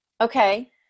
Okay